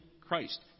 Christ